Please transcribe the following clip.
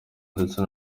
ndetse